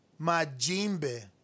Majimbe